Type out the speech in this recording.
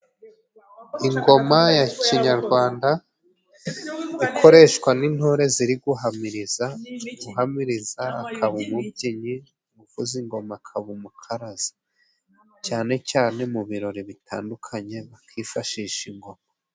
Ingoma ya kinyarwanda ikoreshwa n'intore ziri guhamiriza. Uhamiriza akaba umubyinnyi, uvuza ingoma akaba umukaraza. Cyane cyane mu birori bitandukanye bakifashisha ingoma.